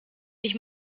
ich